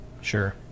Sure